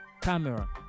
camera